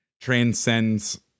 transcends